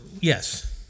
yes